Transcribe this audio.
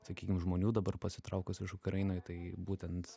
sakykim žmonių dabar pasitraukusių iš ukrainoj tai būtent